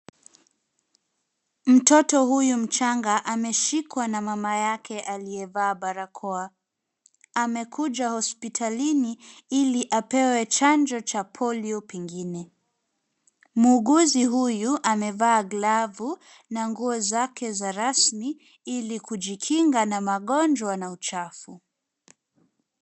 Mtoto huyu mchanga ameshikwa na mama yake aliyevaa barakoa. Amekuja hospitalini ili apewe chanjo cha polio pengine. Muuguzi huyu amevaa glavu na nguo zake za rasmi ili kujikinga na magonjwa na uchafu.